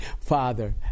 father